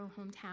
hometown